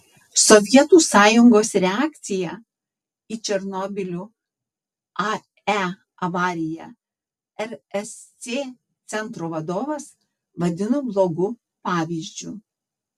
sovietų sąjungos reakciją į černobylio ae avariją rsc centro vadovas vadino blogu pavyzdžiu